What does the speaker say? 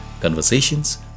Conversations